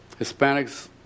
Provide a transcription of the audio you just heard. Hispanics